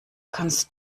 kannst